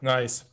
Nice